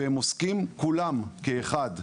והם עוסקים כולם כאחד,